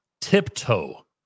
tiptoe